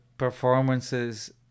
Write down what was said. performances